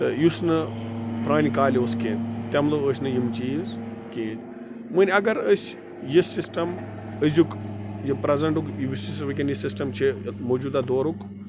تہٕ یُس نہٕ پرٛانہِ کالہِ اوس کیٚنٛہہ تَمہِ لو ٲسۍ نہٕ یِم چیٖز کینٛہہ وٕنۍ اگر أسۍ یہِ سِسٹَم أزیُک یہِ پرٛٮ۪زَنٹُک یُس ہَسا وٕنۍکٮ۪ن سِسٹَم چھِ موجوٗدَہ دورُک